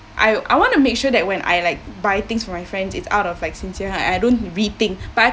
I I want to make sure that when I like buy things from my friends it's out of like sincere and I don't rethink but I